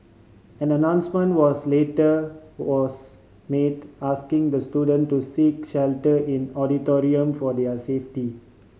an announcement was later was made asking the student to seek shelter in auditorium for their safety